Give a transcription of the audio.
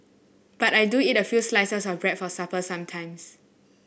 but I do eat a few slices of bread for supper sometimes